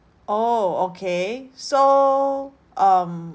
oh okay so um